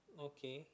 okay